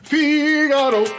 Figaro